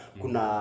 kuna